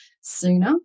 sooner